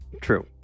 true